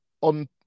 on